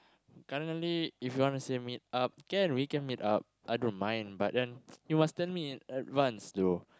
currently if you want to say meet up can we can meet up I don't mind but then you must tell me in advance though